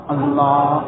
Allah